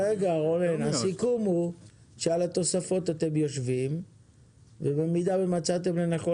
הסיכום הוא שעל התוספות אתם יושבים ובמידה ומצאתם לנכון